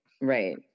Right